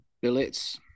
billets